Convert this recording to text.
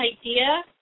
idea